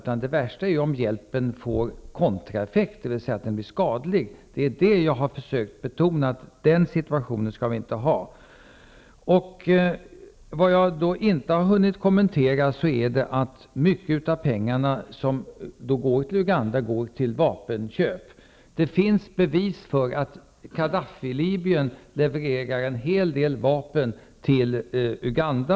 Men det värsta är om hjälpen får en kontraeffekt, dvs. att den blir skadlig. Jag har försökt att betona att vi inte skall få den situationen. Jag har inte hunnit kommentera det faktum att mycket av pengarna som går till Uganda används för att köpa in vapen. Det finns bevis för att Libyen och Kadhafi levererar en hel del vapen till Uganda.